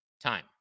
time